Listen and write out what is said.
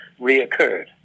reoccurred